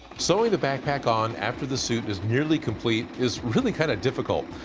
sewing the backpack on after the suit is nearly complete is really kind of difficult.